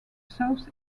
south